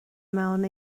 mewn